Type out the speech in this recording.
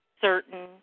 certain